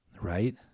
right